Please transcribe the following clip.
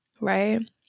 Right